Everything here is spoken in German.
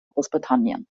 großbritannien